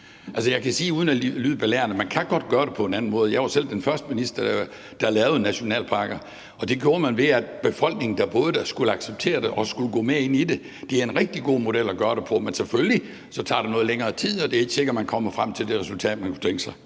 at man godt kan gøre det på en anden måde. Jeg var selv den første minister, der lavede nationalparker, og man gjorde det, ved at befolkningen, der boede der, skulle acceptere det og skulle gå med ind i det. Det er en rigtig god model at gøre det efter, men selvfølgelig tager det noget længere tid, og det er ikke sikkert, man kommer frem til det resultat, man havde tænkt sig